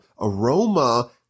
aroma